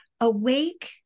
awake